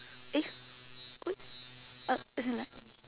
eh uh as in like